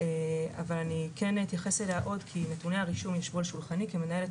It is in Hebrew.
כי נתוני הרישום ישבו על שולחני כמנהלת